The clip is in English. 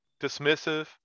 dismissive